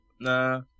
Nah